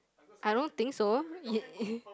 I don't think so it it